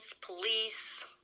police